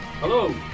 Hello